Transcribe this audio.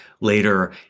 later